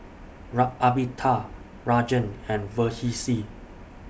Amitabh Rajan and Verghese